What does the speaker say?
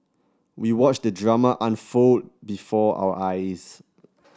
we watched the drama unfold before our eyes